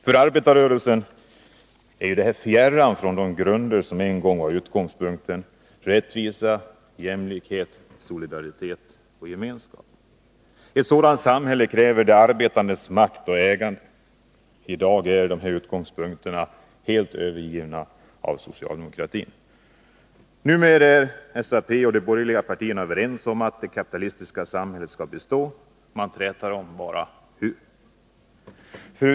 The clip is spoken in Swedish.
För arbetarrörelsen är detta fjärran från de grunder som en gång var utgångspunkten: rättvisa, jämlikhet, solidaritet och gemenskap. Ett sådant samhälle kräver de arbetandes makt och ägande. I dag är dessa utgångspunkter helt övergivna av socialdemokratin. Numera är SAP och de borgerliga partierna överens om att det kapitalistiska samhället skall bestå. Man träter bara om hur.